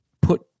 put